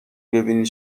ببینی